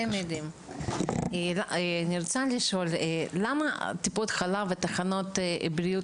אני רוצה לשאול למה טיפות החלב והתחנות לבריאות